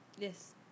Yes